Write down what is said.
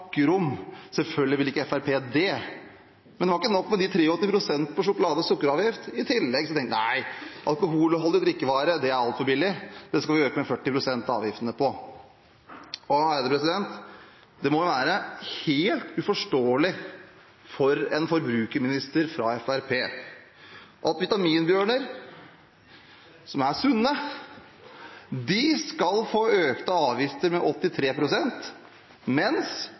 selvfølgelig ville ikke Fremskrittspartiet det. Men det var ikke nok med 83 pst. på sjokolade- og sukkeravgift. I tillegg tenkte man at nei, alkoholholdige drikkevarer er altfor billige, der skal vi øke avgiftene med 40 pst. Og det må være helt uforståelig for en forbrukerminister fra Fremskrittspartiet at Vitaminbjørner , som er sunne, skal få avgiftene økt med 83 pst., mens